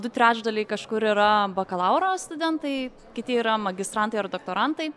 du trečdaliai kažkur yra bakalauro studentai kiti yra magistrantai ar doktorantai